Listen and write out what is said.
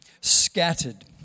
scattered